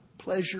pleasure